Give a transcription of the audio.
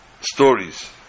stories